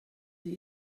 sie